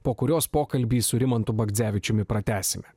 po kurios pokalbį su rimantu bagdzevičiumi pratęsime